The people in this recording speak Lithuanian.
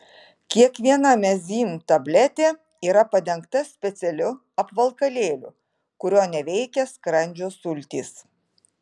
kiekviena mezym tabletė yra padengta specialiu apvalkalėliu kurio neveikia skrandžio sultys